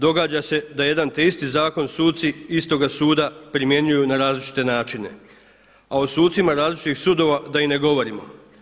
Događa se da jedan te isti zakon suci istoga suda primjenjuju na različite načine, a o sucima različitih sudova da i ne govorimo.